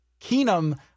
Keenum